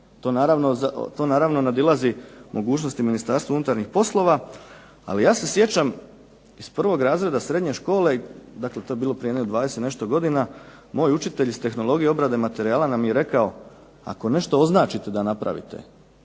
To naravno nadilazi mogućnosti Ministarstva unutarnjih poslova, ali ja se sjećam iz prvog razreda srednje škole, dakle to je bilo prije jedno 20 i nešto godina, moj učitelj iz tehnologije obrade materijala nam je rekao ako nešto označite da napravite